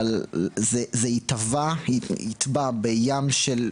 אבל זה יטבע בים של,